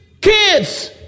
kids